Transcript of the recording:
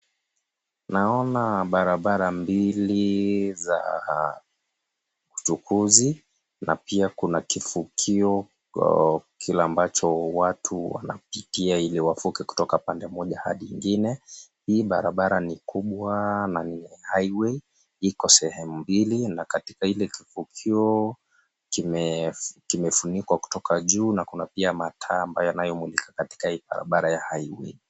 Naona barabara mbili za utukuzi na pia kina kifukio kile ambacho watu wanapitia ili wafuke kutoka upande moja hadi ingine. Hii barabara ni kubwa na yenye cs[highway}cs iko sehemu mbili na katika kile kifukio kimefunikwa kutoka juu na kuna pia matamba yanayomulika katika barabara hii ya cs[highway]cs.